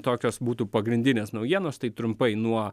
tokios būtų pagrindinės naujienos tai trumpai nuo